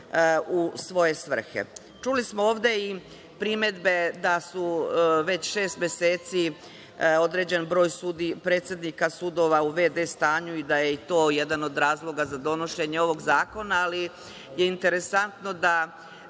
u svoje svrhe. Čuli smo ovde i primedbe da je već šest meseci određeni broj predsednika sudova u v.d. stanju i da je to jedan od razloga za donošenje ovog zakona, ali interesantno je